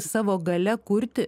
savo galia kurti